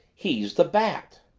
he's the bat.